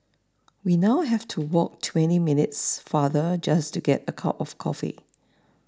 we now have to walk twenty minutes farther just to get a cup of coffee